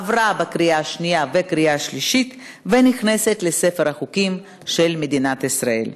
עברה בקריאה השנייה ובקריאה השלישית ונכנסת לספר החוקים של מדינת ישראל.